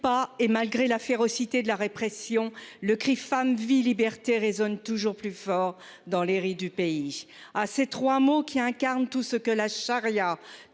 et malgré la férocité de la répression, le cri, femme, vie, liberté résonne toujours plus fort dans les rues du pays. Ah ces 3 mots qui incarne tout ce que la charia